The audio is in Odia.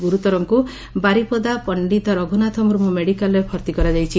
ଗୁରୁତରଙ୍କୁ ବାରିପଦା ପଣ୍ଡିତ ରଘୁନାଥ ମୁର୍ମୁ ମେଡିକାଲ୍ରେ ଭର୍ତ୍ତି କରାଯାଇଛି